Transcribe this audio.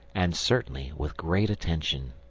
and certainly with great attention.